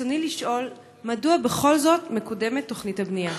רצוני לשאול: מדוע בכל זאת מקודמת תוכנית הבנייה?